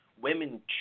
women